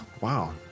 Wow